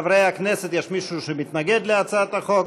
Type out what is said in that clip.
חברי הכנסת, יש מישהו שמתנגד להצעת החוק?